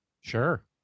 Sure